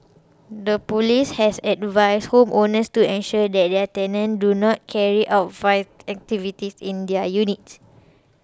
the police has advised home owners to ensure that their tenants do not carry out vice activities in their units